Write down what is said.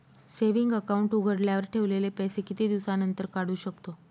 Saving account उघडल्यावर ठेवलेले पैसे किती दिवसानंतर काढू शकतो?